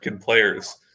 players